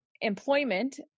employment